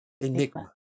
Enigma